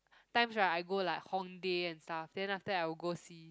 times right I go like Hongdae and stuff then after that I'll go see